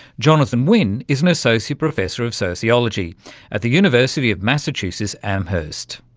jonathan wynn is an associate professor of sociology at the university of massachusetts amherst.